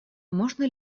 можно